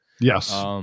Yes